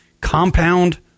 compound